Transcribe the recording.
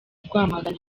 rwamagana